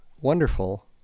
wonderful